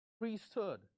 priesthood